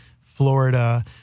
Florida